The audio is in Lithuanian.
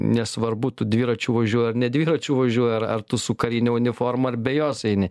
nesvarbu tu dviračiu važiuoji ar ne dviračiu važiuoji ar ar tu su karine uniforma ar be jos eini